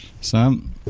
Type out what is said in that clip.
Sam